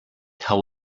how